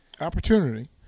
Opportunity